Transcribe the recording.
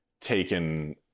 taken